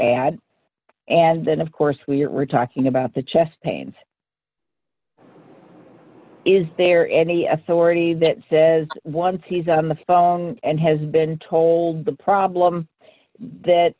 add and then of course we are talking about the chest pains is there any authority that says once he's on the phone and has been told the problem that